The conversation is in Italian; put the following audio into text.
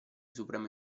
supremo